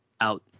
out